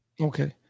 okay